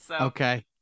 Okay